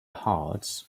hearts